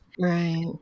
Right